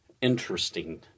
interesting